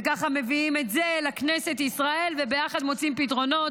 וככה מביאים את זה לכנסת ישראל וביחד מוצאים פתרונות.